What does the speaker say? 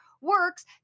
works